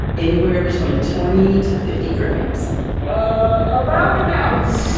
anywhere between twenty to fifty grams about an ounce